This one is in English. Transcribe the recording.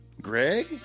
Greg